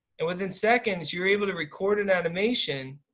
and within seconds you're able to record an animation,